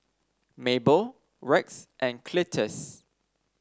Mable Rex and Cletus